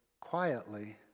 quietly